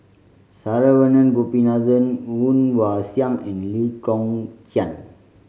Saravanan Gopinathan Woon Wah Siang and Lee Kong Chian